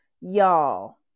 Y'all